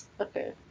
Okay